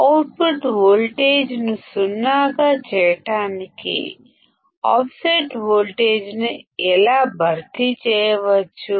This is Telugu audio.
అవుట్పుట్ వోల్టేజ్ ను శూన్యం గా చేయడానికి ఆఫ్సెట్ వోల్టేజ్ ని ఎలా కంపెన్సేట్ చేయవచ్చు